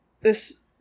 this-